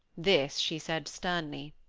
this she said sternly.